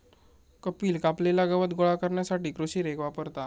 कपिल कापलेला गवत गोळा करण्यासाठी कृषी रेक वापरता